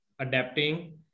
adapting